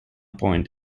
point